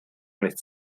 nichts